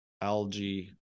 Algae